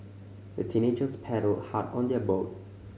the teenagers paddled hard on their boat